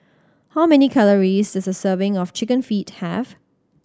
how many calories does a serving of Chicken Feet have